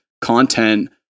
content